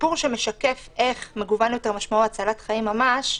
סיפור שמשקף איך מגוון יותר משמעו הצלת חיים ממש,